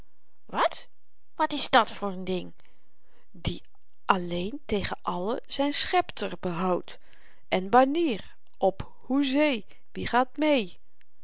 behoudt wat s dàt voor n ding die alleen tegen allen zyn schepter behoudt en banier op hoezee wie gaat mee